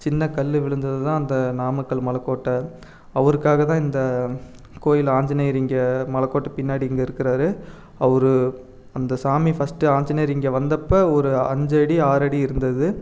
சின்ன கல் விழுந்தது தான் அந்த நாமக்கல் மலைக்கோட்ட அவருக்காக தான் இந்த கோயிலில் ஆஞ்சநேயர் இங்கே மலைக்கோட்ட பின்னாடி இங்கே இருக்குறார் அவர் அந்த சாமி ஃபர்ஸ்ட்டு ஆஞ்சநேயர் இங்கே வந்தப்போ ஒரு அஞ்சடி ஆறடி இருந்தது